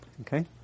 Okay